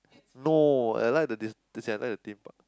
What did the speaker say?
no I like the dis~ as in I like the Theme Park